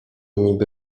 niby